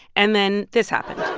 and then this happened